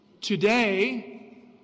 Today